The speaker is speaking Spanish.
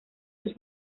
sus